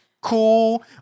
cool